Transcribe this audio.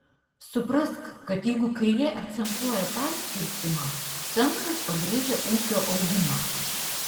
suprask kad jeigu kairė akcentuoja perskirstymą centras pabrėžia ūkio augimą